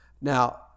Now